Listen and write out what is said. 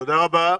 תודה רבה.